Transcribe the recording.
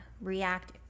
React